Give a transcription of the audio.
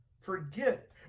Forget